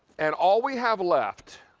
and all we have left,